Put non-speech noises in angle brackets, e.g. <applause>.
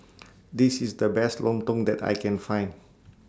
<noise> This IS The Best Lontong that I Can Find